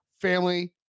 family